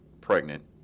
pregnant